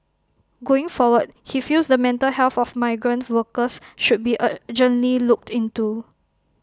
going forward he feels the mental health of migrant workers should be urgently looked into